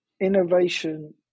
innovation